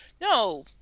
No